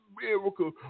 miracle